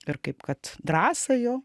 ir kaip kad drąsą jo